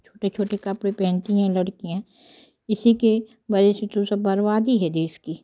छोटे छोटे कपड़े पहनते है लड़कियां इसी के वजह से जो बर्बादी है देश की